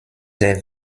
der